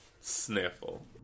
Sniffle